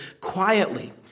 quietly